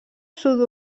sud